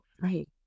Right